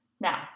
Now